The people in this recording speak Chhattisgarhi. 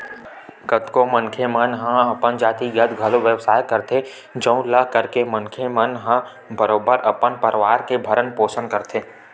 कतको मनखे मन हा अपन जातिगत घलो बेवसाय करथे जउन ल करके मनखे मन ह बरोबर अपन परवार के भरन पोसन करथे